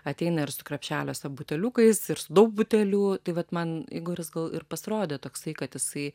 ateina ir su krepšeliuose buteliukais ir su daug butelių tai vat man igoris gal ir pasirodė toksai kad jisai